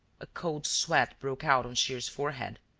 a cold sweat broke out on shears's forehead,